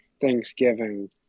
thanksgiving